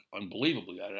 unbelievably